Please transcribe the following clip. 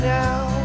now